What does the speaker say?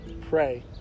pray